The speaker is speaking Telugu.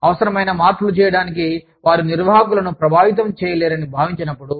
అవసరమైన మార్పులను చేయడానికి వారు నిర్వాహకులను ప్రభావితం చేయలేరని భావించినప్పుడు